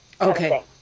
Okay